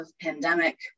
pandemic